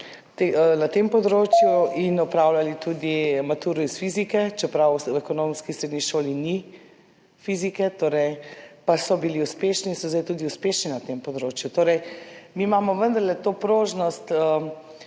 na tem področju in opravljali tudi maturo iz fizike, čeprav v ekonomski srednji šoli ni fizike, pa so bili uspešni in so zdaj tudi uspešni na tem področju. Torej, mi imamo vendarle to prožnost,